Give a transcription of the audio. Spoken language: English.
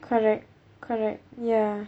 correct correct ya